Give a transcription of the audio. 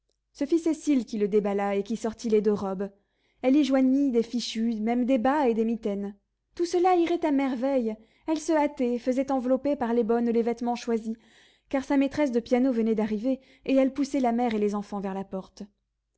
fut cécile qui le déballa et qui sortit les deux robes elle y joignit des fichus même des bas et des mitaines tout cela irait à merveille elle se hâtait faisait envelopper par les bonnes les vêtements choisis car sa maîtresse de piano venait d'arriver et elle poussait la mère et les enfants vers la porte